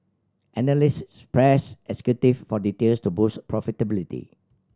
analysts pressed executive for details to boost profitability